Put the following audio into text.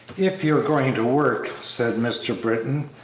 if you are going to work, said mr. britton,